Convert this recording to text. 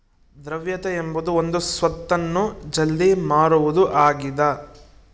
ದ್ರವ್ಯತೆ ಎಂಬುದು ಒಂದು ಸ್ವತ್ತನ್ನು ಜಲ್ದಿ ಮಾರುವುದು ಆಗಿದ